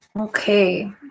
Okay